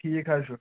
ٹھیٖک حظ چھُ